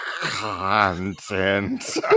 content